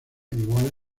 igual